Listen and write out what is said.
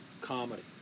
comedy